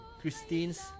christine's